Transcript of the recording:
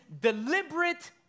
deliberate